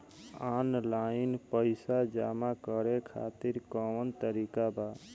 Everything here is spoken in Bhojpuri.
आनलाइन पइसा जमा करे खातिर कवन तरीका बा?